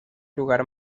lugar